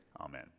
Amen